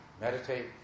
meditate